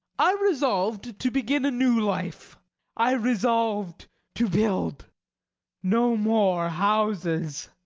i resolved to begin a new life i resolved to build no more houses.